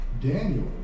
Daniel